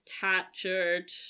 captured